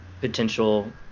potential